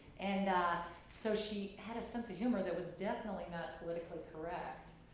and so she had a sense of humor that was definitely not politically correct.